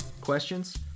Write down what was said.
Questions